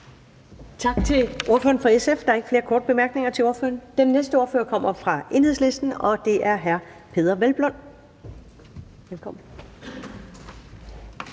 Tak til ordføreren fra Nye Borgerlige. Der er ingen korte bemærkninger til ordføreren. Den næste ordfører kommer fra Liberal Alliance, og det er hr. Henrik Dahl. Velkommen.